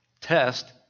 test